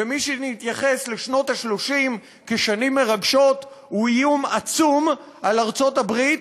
ומי שמתייחס לשנות ה-30 כשנים מרגשות הוא איום עצום על ארצות-הברית,